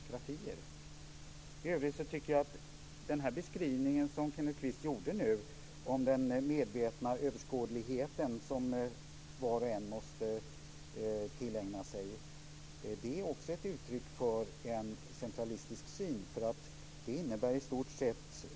Fru talman! Om man inser att Sverige har ett högre valdeltagande på grund av en gemensam valdag och själva har skilda valdagar, måste väl Kenneth Kvist medge att det är rätt märkligt att man inte reflekterar över detta? Jag utgår ifrån att de länder som Kenneth Kvist hänvisar till är demokratier. I övrigt tycker jag att den beskrivning som Kenneth Kvist gjorde nu om den medvetna överskådligheten som var och en måste tillägna sig också är ett uttryck för en centralistisk syn.